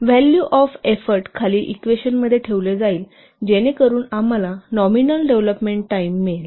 value of effort खालील equation मध्ये ठेवले जाईल जेणेकरुन आम्हाला नॉमिनल डेव्हलोपमेंट टाईम मिळेल